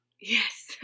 Yes